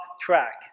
track